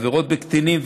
עבירות בקטינים,